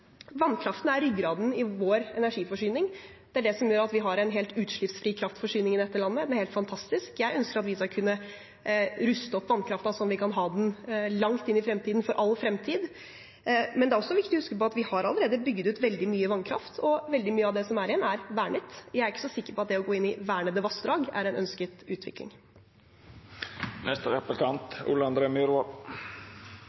Vannkraften er ryggraden i vår energiforsyning. Det er det som gjør at vi har en helt utslippsfri kraftforsyning i dette landet. Det er helt fantastisk. Jeg ønsker at vi skal kunne ruste opp vannkraften, så vi kan ha den langt inn i fremtiden – for all fremtid. Men det er også viktig å huske på at vi allerede har bygget ut veldig mye vannkraft, og veldig mye av det som er igjen, er vernet. Jeg er ikke så sikker på at det å gå inn i vernede vassdrag er en ønsket utvikling.